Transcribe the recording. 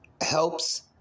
helps